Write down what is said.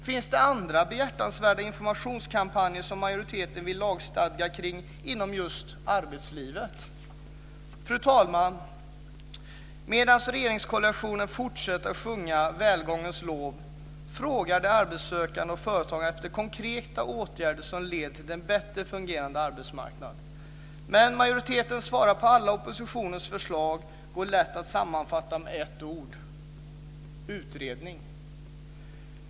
Finns det andra behjärtansvärda informationskampanjer som majoriteten vill lagstifta kring inom just arbetslivet? Fru talman! Medan regeringskoalitionen fortsätter att sjunga välgångens lov frågar de arbetssökande och företagen efter konkreta åtgärder som leder till en bättre fungerande arbetsmarknad. Men majoritetens svar på alla oppositionens förslag går lätt att sammanfatta med ett ord: utredning.